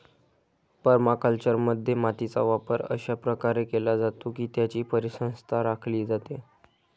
परमाकल्चरमध्ये, मातीचा वापर अशा प्रकारे केला जातो की त्याची परिसंस्था राखली जाते